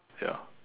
ya